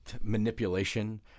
manipulation